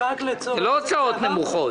זה לא הוצאות נמוכות.